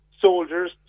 soldiers